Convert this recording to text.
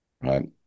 right